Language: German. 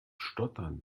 stottern